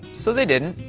so they didn't.